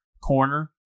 corner